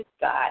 God